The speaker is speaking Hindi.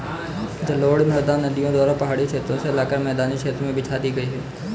जलोढ़ मृदा नदियों द्वारा पहाड़ी क्षेत्रो से लाकर मैदानी क्षेत्र में बिछा दी गयी है